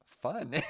fun